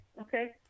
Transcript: okay